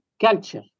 culture